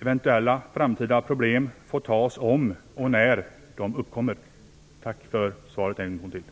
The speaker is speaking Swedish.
Eventuella framtida problem får angripas om och när de uppkommer. Än en gång tack för svaret.